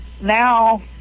now